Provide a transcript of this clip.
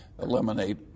eliminate